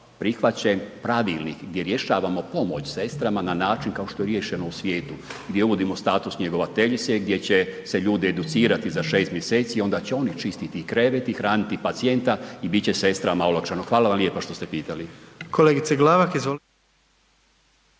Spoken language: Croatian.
prihvaćen pravilnik gdje rješavamo pomoć sestrama na način kao što je riješeno u svijetu, gdje uvodimo status njegovateljice, gdje će se ljudi educirati za 6 mjeseci, onda će oni čistiti krevet i hraniti pacijenta i bit će sestrama olakšano. Hvala vam lijepa što ste pitali.